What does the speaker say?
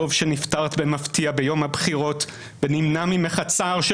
טוב שנפטרת במפתיע ביום הבחירות ונמנע ממך הצער של